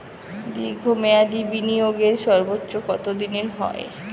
দীর্ঘ মেয়াদি বিনিয়োগের সর্বোচ্চ কত দিনের হয়?